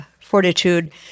fortitude